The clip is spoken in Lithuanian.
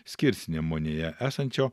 skirsnemunėje esančio